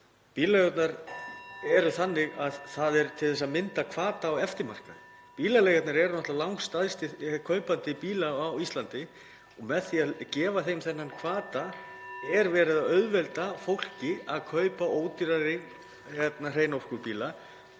Bílaleigurnar eru þannig að það er til að mynda hvati á eftirmarkaði. Bílaleigurnar eru náttúrlega langstærsti kaupandi bíla á Íslandi og með því að gefa þeim þennan hvata (Forseti hringir.) er verið að auðvelda fólki að kaupa ódýrari hreinorkubíla.